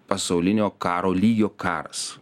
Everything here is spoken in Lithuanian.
pasaulinio karo lygio karas